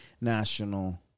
National